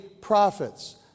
prophets